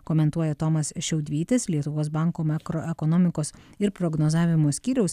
komentuoja tomas šiaudvytis lietuvos banko makroekonomikos ir prognozavimo skyriaus